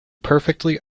perfectly